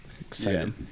Excited